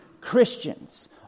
Christians